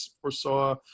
foresaw